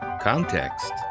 Context